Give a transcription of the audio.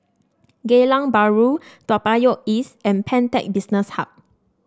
Geylang Bahru Toa Payoh East and Pantech Business Hub